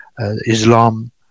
Islam